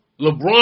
LeBron